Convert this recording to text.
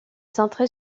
centrée